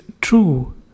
true